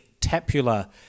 Tapula